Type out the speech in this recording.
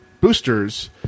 boosters